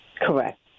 Correct